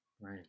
right